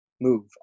move